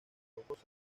rocosa